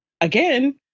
again